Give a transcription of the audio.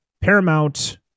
paramount